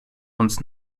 uns